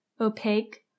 opaque